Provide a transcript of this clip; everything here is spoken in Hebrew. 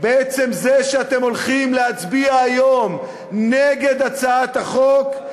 בעצם זה שאתם הולכים להצביע היום נגד הצעת החוק,